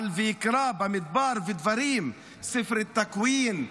על ויקרא, במדבר, דברים, ספרי תכווין,